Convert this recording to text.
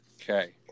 Okay